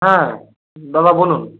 হ্যাঁ দাদা বলুন